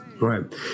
Right